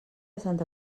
santa